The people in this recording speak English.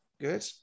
Good